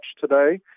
today